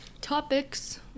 topics